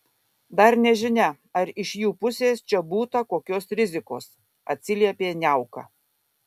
dar nežinia ar iš jų pusės čia būta kokios rizikos atsiliepė niauka